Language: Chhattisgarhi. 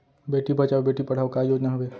बेटी बचाओ बेटी पढ़ाओ का योजना हवे?